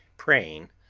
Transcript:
praying,